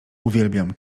uwielbiam